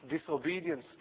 disobedience